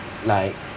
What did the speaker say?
like